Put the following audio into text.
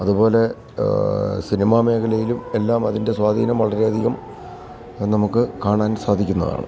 അതുപോലെ സിനിമാ മേഖലയിലുമെല്ലാം അതിൻ്റെ സ്വാധീനം വളരെയധികം നമുക്ക് കാണാൻ സാധിക്കുന്നതാണ്